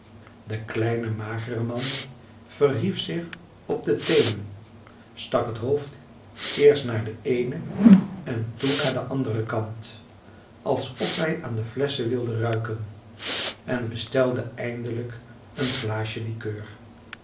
de kleine magere man verhief zich op de teenen stak het hoofd eerst naar den eenen en toen naar den anderen kant alsof hij aan de flesschen wilde ruiken en bestelde eindelijk een glaasje likeur